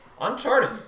Uncharted